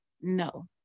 No